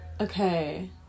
Okay